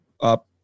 up